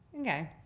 Okay